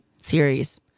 series